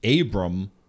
Abram